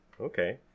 okay